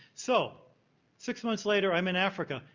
so six months later, i'm in africa,